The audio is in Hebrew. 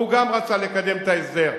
וגם הוא רצה לקדם את ההסדר.